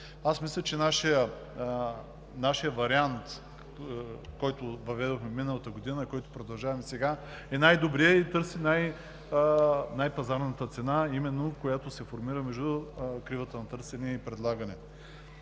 Мисля, че нашият вариант, който въведохме миналата година и който продължаваме сега, е най-добрият и търси най-пазарната цена, която се формира между кривата на търсене и предлагане.